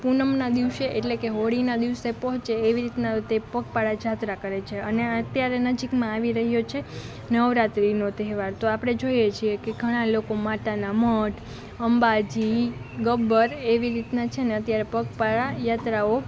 પૂનમના દિવસે એટલે કે હોળીના દિવસે પહોંચે એવી રીતના તે પગપાળા જાત્રા કરે છે અને અત્યારે નજીકમાં આવી રહ્યો છે નવરાત્રિનો તહેવાર તો આપણે જોઈએ છીએ કે ઘણાં લોકો માતાના મઢ અંબાજી ગબ્બર એવી રીતના છે ને અત્યારે પગપાળા યાત્રાઓ